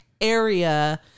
area